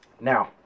Now